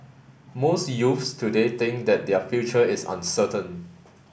most youths today think that their future is uncertain